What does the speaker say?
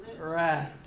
Right